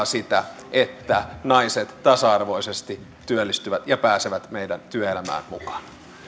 sitä että naiset tasa arvoisesti työllistyvät ja pääsevät meidän työelämään mukaan